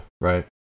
right